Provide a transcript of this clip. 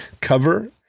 cover